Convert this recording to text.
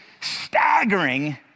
staggering